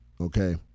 okay